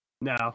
No